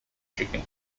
chicken